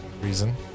reason